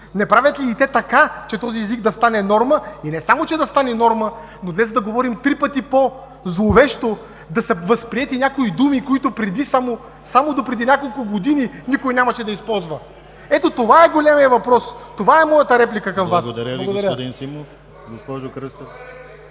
Не правят ли и те така, че този език да стане норма, и не само че да стане норма, но днес да говорим три пъти по-зловещо, да са възприети някои думи, които само допреди няколко години никой нямаше да използва?! Ето това е големият въпрос, това е моята реплика към Вас. Благодаря. ПРЕДСЕДАТЕЛ ДИМИТЪР